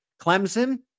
Clemson